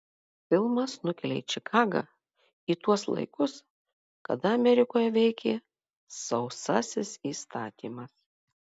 filmas nukelia į čikagą į tuos laikus kada amerikoje veikė sausasis įstatymas